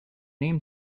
name